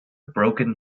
broken